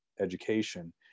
education